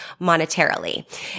monetarily